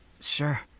Sure